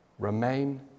Remain